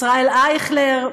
ישראל אייכלר,